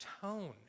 tone